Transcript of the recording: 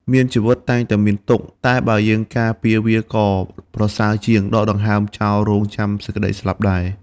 មានជីវិតតែងតែមានទុក្ខ តែបើយើងការពារវាក៏ប្រសើរជាងដកដង្ហើមចោលរងចាំសេចក្តីស្លាប់ដែរ។